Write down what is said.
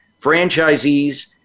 franchisees